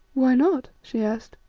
why not? she asked.